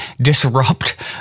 disrupt